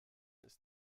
ist